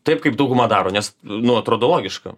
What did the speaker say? taip kaip dauguma daro nes nu atrodo logiška nu nu